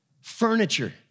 furniture